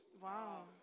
Wow